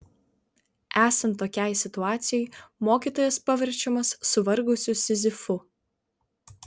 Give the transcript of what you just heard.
esant tokiai situacijai mokytojas paverčiamas suvargusiu sizifu